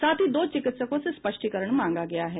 साथ ही दो चिकित्सों से स्पष्टीकरण मांगा गया है